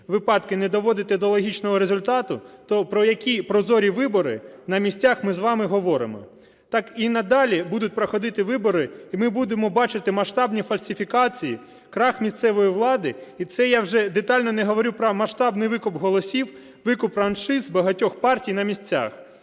випадки не доводити до логічного результату, то про які прозорі вибори на місцях ми з вами говоримо? Так і надалі будуть проходити вибори, і ми будемо бачити масштабні фальсифікації, крах місцевої влади. І це я вже детально не говорю про масштабний викуп голосів, викуп франшиз багатьох партій на місцях.